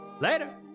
Later